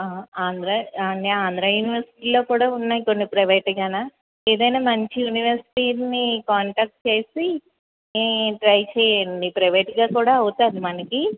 ఆంధ్ర ఆంధ్ర యూనివర్సిటీలో కూడా ఉన్నాయి కొన్ని ప్రైవేట్గాన ఏదైనా మంచి యూనివర్సిటీలని కాంటాక్ట్ చేసి ఈ ట్రై చెయ్యండి ప్రైవేట్గా కూడా అవుతుంది మనకి